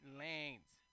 lanes